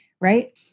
right